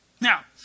Now